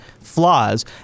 flaws